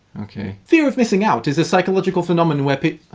okay. fear of missing out is a psychological phenomenon where pe. oh,